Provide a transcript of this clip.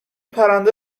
پرنده